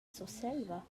surselva